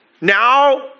Now